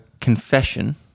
confession